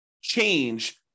change